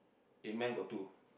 amen got two